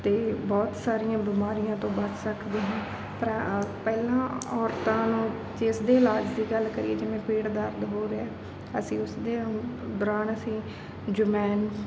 ਅਤੇ ਬਹੁਤ ਸਾਰੀਆਂ ਬਿਮਾਰੀਆਂ ਤੋਂ ਬਚ ਸਕਦੇ ਹਾਂ ਪਰਾ ਪਹਿਲਾਂ ਔਰਤਾਂ ਨੂੰ ਜੇ ਇਸ ਦੇ ਇਲਾਜ ਦੀ ਗੱਲ ਕਰੀਏ ਜਿਵੇਂ ਪੇਟ ਦਰਦ ਹੋ ਰਿਹਾ ਅਸੀਂ ਉਸਦੇ ਦੌਰਾਨ ਅਸੀਂ ਜੋਮੈਨ